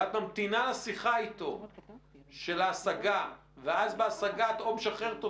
ואת ממתינה לשיחה אתו של ההשגה ואז בהשגה את או משחררת אותו,